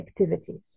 activities